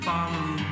Follow